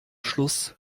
schluss